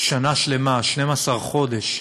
שנה שלמה, 12 חודש,